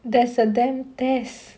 there's a damn test